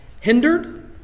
hindered